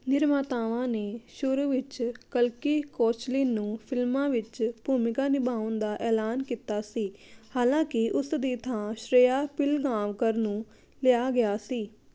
ਨਿਰਮਾਤਾਵਾਂ ਨੇ ਸ਼ੁਰੂ ਵਿੱਚ ਕਲਕੀ ਕੋਚਲਿਨ ਨੂੰ ਫ਼ਿਲਮਾਂ ਵਿੱਚ ਭੂਮਿਕਾ ਨਿਭਾਉਣ ਦਾ ਐਲਾਨ ਕੀਤਾ ਸੀ ਹਾਲਾਂਕਿ ਉਸ ਦੀ ਥਾਂ ਸ਼੍ਰਿਆ ਪਿਲਗਾਂਵਕਰ ਨੂੰ ਲਿਆ ਗਿਆ ਸੀ